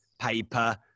paper